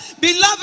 Beloved